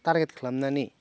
target खालामनानै